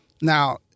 Now